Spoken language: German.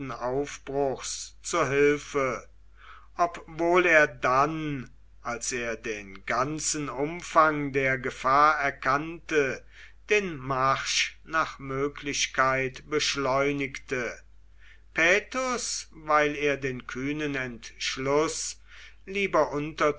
aufbruchs zur hilfe obwohl er dann als er den ganzen umfang der gefahr erkannte den marsch nach möglichkeit beschleunigte paetus weil er den kühnen entschluß lieber